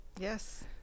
yes